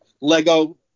Lego